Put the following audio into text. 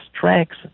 tracks